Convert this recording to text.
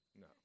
No